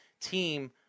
team